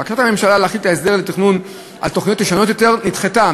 בקשת הממשלה להחיל את ההסדר לתכנון על תוכניות ישנות יותר נדחתה,